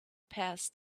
past